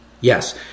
Yes